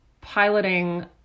piloting